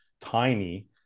tiny